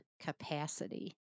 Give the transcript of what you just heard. capacity